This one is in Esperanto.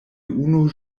unu